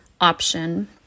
option